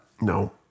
No